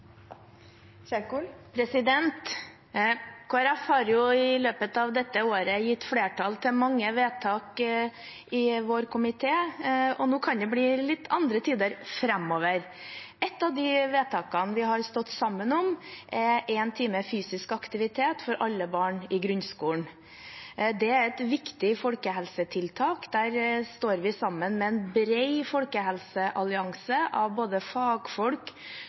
har i løpet av dette året gitt flertall til mange vedtak i vår komité. Det kan bli litt andre tider framover. Ett av de vedtakene vi har stått sammen om, er én time fysisk aktivitet for alle barn i grunnskolen. Det er et viktig folkehelsetiltak. Der står vi sammen med en bred folkehelseallianse av både fagfolk,